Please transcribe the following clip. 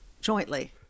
jointly